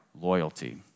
loyalty